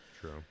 True